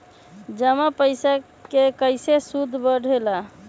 जमा पईसा के कइसे सूद बढे ला?